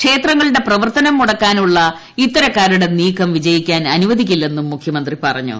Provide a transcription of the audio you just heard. ക്ഷേത്രങ്ങളുടെ പ്രവർത്തനം മുടക്കാനുള്ള ഇത്തരക്കാരുടെ നീക്കം വിജയിക്കാൻ അനുവദിക്കില്ലെന്നും മുഖ്യമന്ത്രി പറഞ്ഞു